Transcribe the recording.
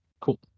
cool